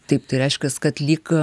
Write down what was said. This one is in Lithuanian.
taip tai reiškias kad lyg